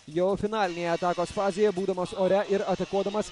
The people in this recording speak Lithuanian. jau finalinėje atakos fazėje būdamas ore ir atakuodamas